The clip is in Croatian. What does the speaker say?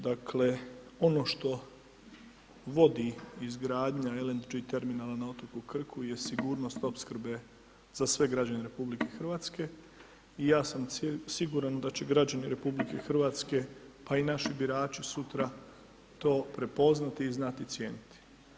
Dakle, ono što vodi izgradnja LNG terminala na otoku Krku je sigurnost opskrbe za sve građane RH i ja sam siguran da će građani RH, pa i naši birači sutra to prepoznati i znati cijeniti.